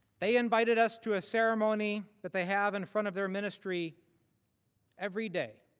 they invited us to a ceremony that they have in front of their ministry every day.